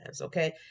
okay